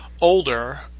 older